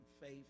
Faith